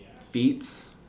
feats